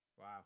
Wow